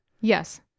yes